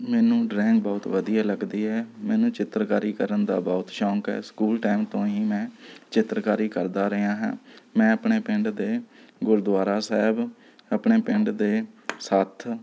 ਮੈਨੂੰ ਡਰਾਇੰਗ ਬਹੁਤ ਵਧੀਆ ਲੱਗਦੀ ਹੈ ਮੈਨੂੰ ਚਿੱਤਰਕਾਰੀ ਕਰਨ ਦਾ ਬਹੁਤ ਸ਼ੌਂਕ ਹੈ ਸਕੂਲ ਟਾਈਮ ਤੋਂ ਹੀ ਮੈਂ ਚਿੱਤਰਕਾਰੀ ਕਰਦਾ ਰਿਹਾ ਹਾਂ ਮੈਂ ਆਪਣੇ ਪਿੰਡ ਦੇ ਗੁਰਦੁਆਰਾ ਸਾਹਿਬ ਆਪਣੇ ਪਿੰਡ ਦੇ ਸੱਥ